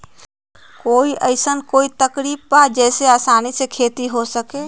कोई अइसन कोई तरकीब बा जेसे आसानी से खेती हो सके?